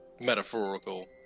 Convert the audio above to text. metaphorical